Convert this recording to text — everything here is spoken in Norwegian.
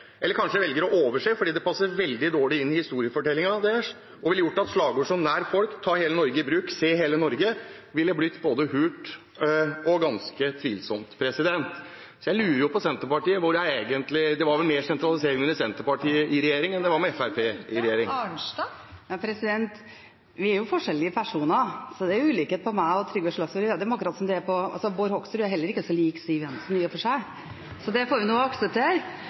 Eller er dette noe Senterpartiet ikke vet, eller kanskje velger å overse, fordi det passer veldig dårlig inn i historiefortellingen deres, og hadde gjort at slagord som «nær folk», «ta hele Norge i bruk» og «se hele Norge» ville lyde både hult og ganske tvilsomt? Egentlig var det vel mer sentralisering med Senterpartiet i regjering enn med Fremskrittspartiet i regjering. Vi er jo forskjellige personer, så det er ulikheter mellom meg og Trygve Slagsvold Vedum, akkurat som Bård Hoksrud heller ikke er så lik Siv Jensen, i og for seg. Det får vi nå akseptere,